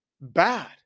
bad